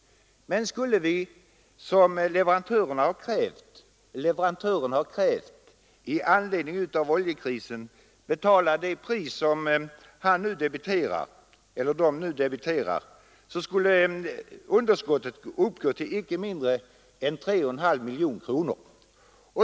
Men skulle vi, som leverantören har krävt i anledning av oljekrisen, betala det pris som denne nu debiterar, skulle underskottet uppgå till icke mindre än 3,5 miljoner kronor.